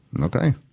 Okay